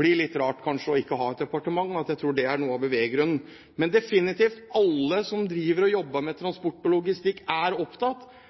bli litt rart ikke å ha et slikt departement. Jeg tror det er noe av beveggrunnen. Men alle som driver og jobber med transport og logistikk, er definitivt opptatt